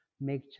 make